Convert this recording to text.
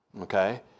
okay